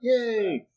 Yay